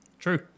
True